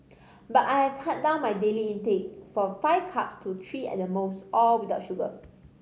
but I have cut down my daily intake from five cups to three at the most all without sugar